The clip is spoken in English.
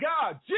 god